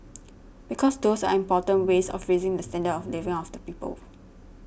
because those are important ways of raising the standard of living of the people